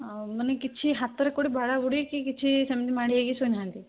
ଆଉ ମାନେ କିଛି ହାତରେ କେଉଁଠି ବାଡ଼ାବାଡ଼ି କି କିଛି ସେମିତି ମାଡ଼ି ହେଇକି ଶୋଇନାହାନ୍ତି